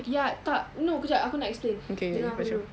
ya tak no kejap aku nak explain dengar aku dulu